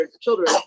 children